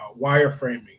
wireframing